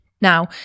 Now